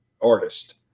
artist